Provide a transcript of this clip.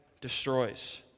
destroys